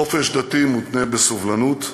חופש דתי מותנה בסובלנות,